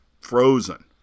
frozen